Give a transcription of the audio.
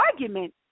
argument